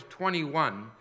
21